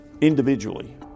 individually